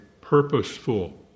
purposeful